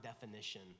definition